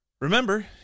Remember